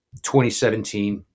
2017